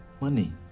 Money